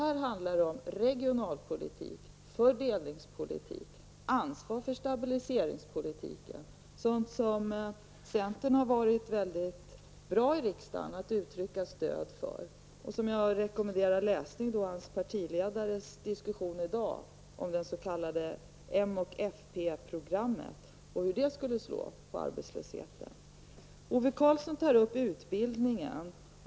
Här handlar det om regionalpolitik, fördelningspolitik, och ansvar för stabiliseringspolitiken. Det är sådant som centern här i riksdagen på ett mycket bra sätt har gett sitt stöd, och jag rekommenderar läsning av Göran Engströms partiledares inlägg i dag om det s.k. moch fp-programmet. Hur skulle detta program slå på arbetslösheten? Ove Karlsson tog upp frågan om utbildningen.